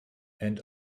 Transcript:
and